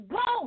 go